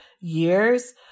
years